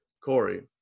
Corey